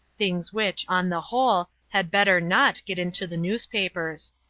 things which, on the whole, had better not get into the newspapers.